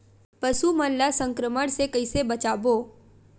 पशु मन ला संक्रमण से कइसे बचाबो?